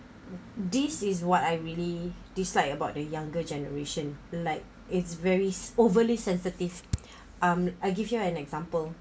this is what I really dislike about the younger generation like it's very overly sensitive um I give you an example